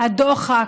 הדוחק,